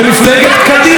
היא הייתה בקדימה.